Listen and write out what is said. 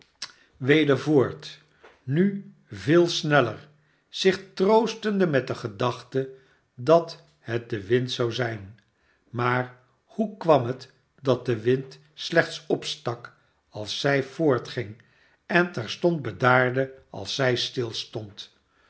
weder voort nu veel sneller zich troostende met de gedachte dat het de wind zou zijn maar hoe kwam het dat de wind slechts opstak als zij voortging en terstond bedaarde als zij stilstond